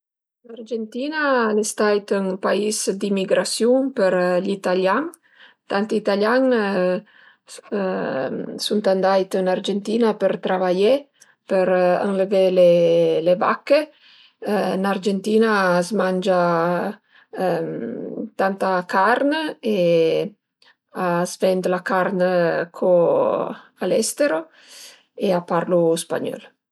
L'Argentina al e stait ün pais d'imigrasiun për gli italian. Tanti italian sun andait ën Argentina për travaié, për enlëvé le vache, ën Argentina a s'mangia tanta carn e a s'vend la carn co a l'estero e a parlu spagnöl